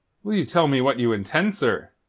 will you tell me what you intend, sir?